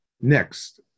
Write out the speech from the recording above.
Next